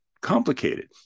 complicated